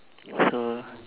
so